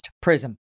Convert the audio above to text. prism